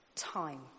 time